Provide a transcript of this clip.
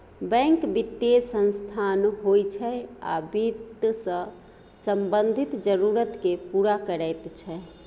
bank बित्तीय संस्थान होइ छै आ बित्त सँ संबंधित जरुरत केँ पुरा करैत छै